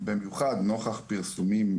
אומר במיוחד נוכח פרסומים,